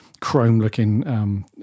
chrome-looking